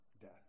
death